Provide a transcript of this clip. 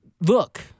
look